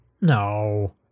No